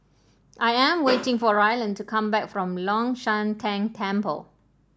I am waiting for Ryland to come back from Long Shan Tang Temple